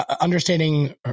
understanding